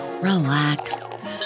relax